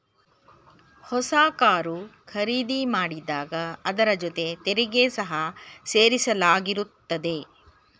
ಹೊಸ ಕಾರು ಖರೀದಿ ಮಾಡಿದಾಗ ಅದರ ಜೊತೆ ತೆರಿಗೆ ಸಹ ಸೇರಿಸಲಾಗಿರುತ್ತದೆ